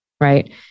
right